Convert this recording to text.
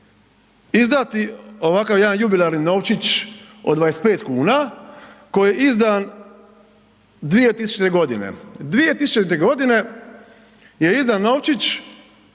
izdati ovakav jedan jubilarni novčić od 25 kuna koji je izdan 2000.g., 2000.g. je izdan novčić,